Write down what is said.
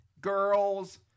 Girls